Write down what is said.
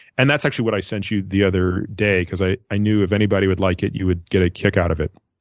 and that's actually what i sent you the other day because i i knew if anybody would like it you would get a kick out if.